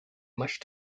much